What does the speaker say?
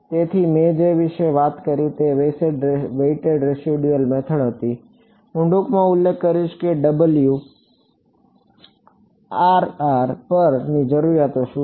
તેથી મેં જે વિશે વાત કરી તે વેઇટેડ રેસીડ્યુઅલ મેથડ હતી હું ટૂંકમાં ઉલ્લેખ કરીશ કે પરની જરૂરિયાતો શું છે